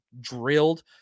drilled